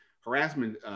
harassment